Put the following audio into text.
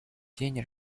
день